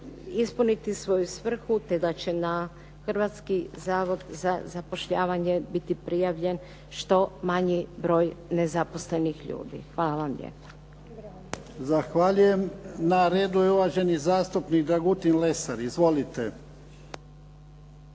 ispuniti svoju svrhu, te da će na Hrvatski zavod za zapošljavanje biti prijavljen što manji broj nezaposlenih ljudi. Hvala vam lijepa. **Jarnjak, Ivan (HDZ)** Zahvaljujem. Na redu je uvaženi zastupnik Dragutin Lesar. Izvolite.